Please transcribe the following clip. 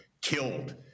killed